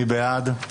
מי בעד?